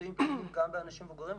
ניסויים קליניים גם באנשים מבוגרים.